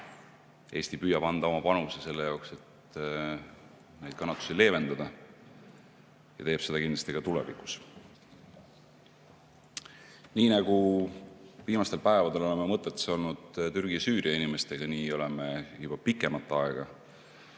Eesti püüab anda oma panuse selle jaoks, et neid kannatusi leevendada, ja teeb seda kindlasti ka tulevikus. Nii nagu viimastel päevadel oleme oma mõtetes olnud Türgi ja Süüria inimestega, nii oleme juba pikemat aega